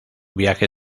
viaje